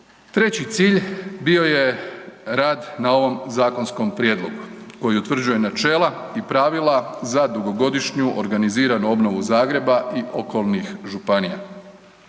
Treći cilj bio je rad na ovom zakonskom prijedlogu koji utvrđuje načela i pravila za dugogodišnju organiziranu obnovu Zagreba i okolnih županija.